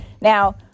Now